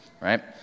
right